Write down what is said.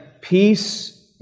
Peace